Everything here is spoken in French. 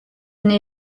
n’ai